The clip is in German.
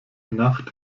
nacht